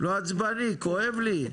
לא עצבני, כואב לי.